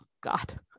God